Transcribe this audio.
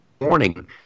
morning